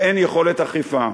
ואין יכולת אכיפה.